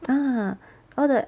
ah all the